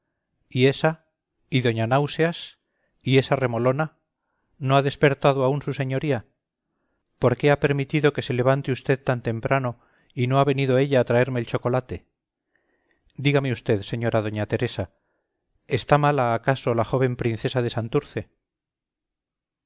y ésa y doña náuseas y esa remolona no ha despertado aún su señoría por qué ha permitido que se levante usted tan temprano y no ha venido ella a traerme el chocolate dígame usted señora doña teresa está mala acaso la joven princesa de santurce